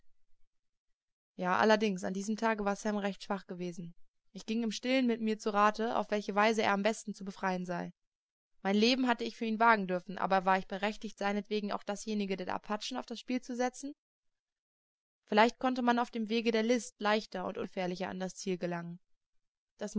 ja allerdings an diesem tage war sam recht schwach gewesen ich ging im stillen mit mir zu rate auf welche weise er am besten zu befreien sei mein leben hatte ich für ihn wagen dürfen aber war ich berechtigt seinetwegen auch dasjenige der apachen auf das spiel zu setzen vielleicht konnte man auf dem wege der list leichter und ungefährlicher an das ziel gelangen das